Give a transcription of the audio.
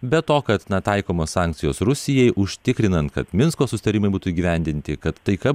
be to kad na taikomos sankcijos rusijai užtikrinant kad minsko susitarimai būtų įgyvendinti kad taika